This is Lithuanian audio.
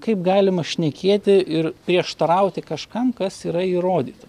kaip galima šnekėti ir prieštarauti kažkam kas yra įrodyta